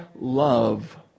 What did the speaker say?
love